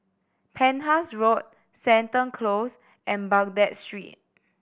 Penhas Road Seton Close and Baghdad Street